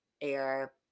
Air